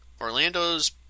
Orlando's